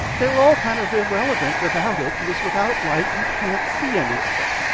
they were all kind of irrelevant without it, because without light, you can't see any of them.